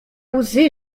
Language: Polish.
łzy